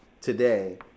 today